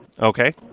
Okay